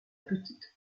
petite